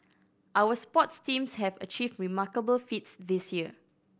our sports teams have achieved remarkable feats this year